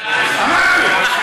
למה הגיע מנכ"ל משרד ראש הממשלה?